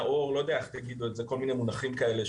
נאור כל מיני מונחים כאלה,